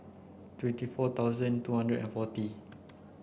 twenty four thousand two hundred and forty